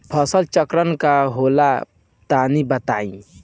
फसल चक्रण का होला तनि बताई?